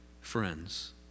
friends